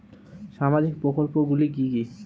সামাজিক প্রকল্প গুলি কি কি?